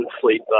Sleep